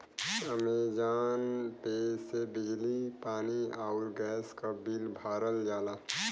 Amazon पे से बिजली पानी आउर गैस क बिल भरल जाला